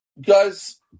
Guys